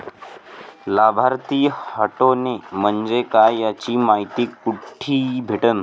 लाभार्थी हटोने म्हंजे काय याची मायती कुठी भेटन?